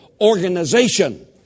organization